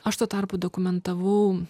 aš tuo tarpu dokumentavau